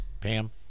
Pam